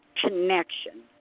connection